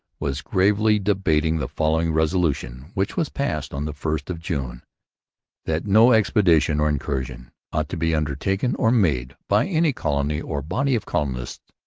was gravely debating the following resolution, which was passed on the first of june that no expedition or incursion ought to be undertaken or made, by any colony or body of colonists,